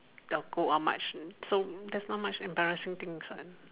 go out much so there's not much embarrassing things one